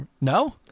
No